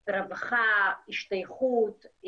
רווחה, השתייכות.